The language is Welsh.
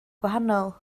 gwahanol